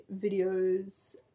videos